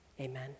Amen